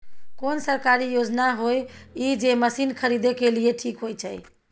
कोन सरकारी योजना होय इ जे मसीन खरीदे के लिए ठीक होय छै?